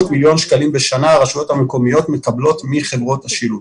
הרשויות המקומיות מקבלות מחברות השילוט